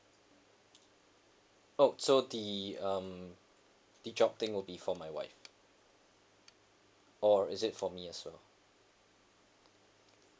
oh so the um the job thing will be for my wife or is it for me as well